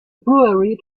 brewery